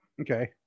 Okay